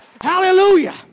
hallelujah